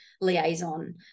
liaison